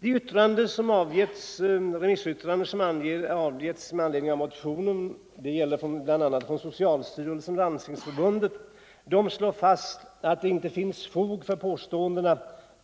De remissyttranden som avgivits med anledning av motionen, bl.a. från socialstyrelsen och Landstingsförbundet, slår fast att det inte finns fog för påståendena